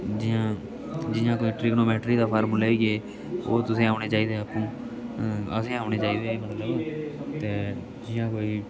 जियां जियां कोई ट्रिग्नोमेट्री दा फार्मूला होई गे ओह् तुसेंई औने चाहिदे आपूं असेंगी औने चाहिदे ते जियां कोई